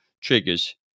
triggers